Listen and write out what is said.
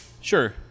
Sure